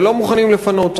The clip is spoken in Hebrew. ולא מוכנים לפנות,